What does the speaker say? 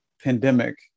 pandemic